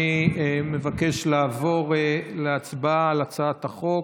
אני מבקש לעבור להצבעה על הצעת החוק.